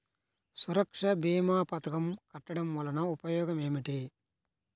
సురక్ష భీమా పథకం కట్టడం వలన ఉపయోగం ఏమిటి?